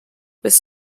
with